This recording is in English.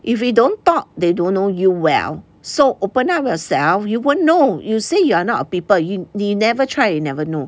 if we don't talk they don't know you well so open up yourself you wouldn't know you say you are not a people you you never try you never know